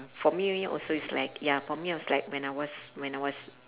for me also is like ya for me was like when I was when I was